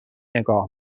نگاه